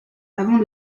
avant